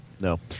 No